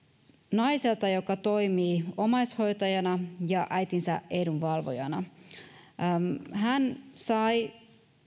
naiselta joka toimii omaishoitajana ja äitinsä edunvalvojana hän sai